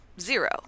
zero